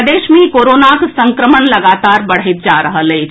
प्रदेश मे कोरोनाक संक्रमण लगातार बढैत जा रहल अछि